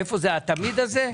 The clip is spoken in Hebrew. איפה זה התמיד הזה?